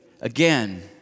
again